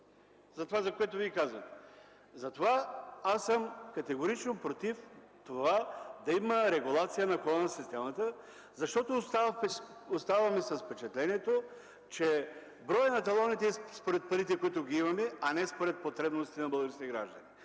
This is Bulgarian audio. за това, за което Вие казвате. Аз съм категорично против това да има регулация на входа на системата, защото оставаме с впечатлението, че броят на талоните е според парите, които имаме, а не според потребностите на българските граждани.